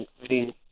including